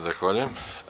Zahvaljujem.